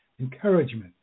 encouragement